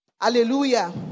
Hallelujah